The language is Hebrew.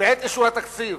בעת אישור התקציב,